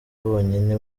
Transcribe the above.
bonyine